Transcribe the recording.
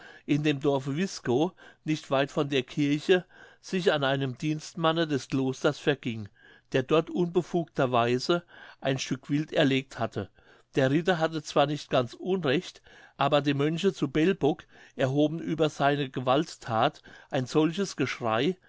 in dem dorfe wiskow nicht weit von der kirche sich an einem dienstmanne des klosters verging der dort unbefugterweise ein stück wild erlegt hatte der ritter hatte zwar nicht ganz unrecht aber die mönche zu belbog erhoben über seine gewaltthat ein solches geschrei